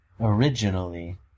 originally